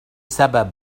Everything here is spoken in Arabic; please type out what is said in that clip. سبب